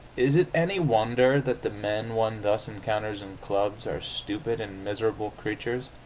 is it any wonder that the men one thus encounters in clubs are stupid and miserable creatures,